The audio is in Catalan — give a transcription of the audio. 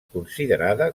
considerada